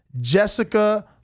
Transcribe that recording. Jessica